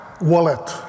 wallet